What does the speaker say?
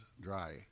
dry